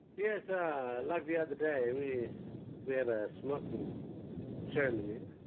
yes ah, like the other day we we have a smoking ceremony,